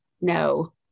no